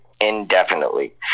indefinitely